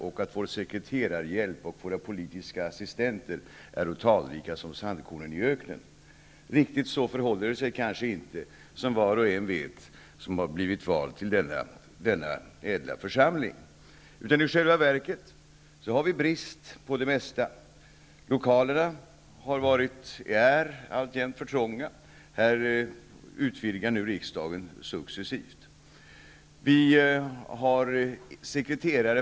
Är vår sekreterarhjälp och våra politiska assistenter talrika som sandkornen i öknen? Riktigt så förhåller det sig kanske inte, som var och en vet som har blivit vald till denna ädla församling. Vi har i själva verket brist på det mesta. Lokalerna är alltjämt för trånga. Riksdagen utvidgar nu successivt.